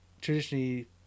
traditionally